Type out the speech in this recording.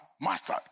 master